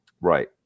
Right